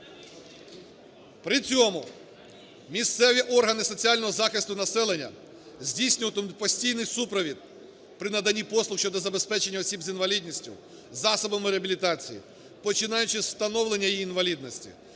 При цьому, місцеві органи соціального захисту населення здійснюватимуть постійний супровід при наданні послуг щодо забезпечення осіб з інвалідністю засобами реабілітації, починаючи із встановлення інвалідності,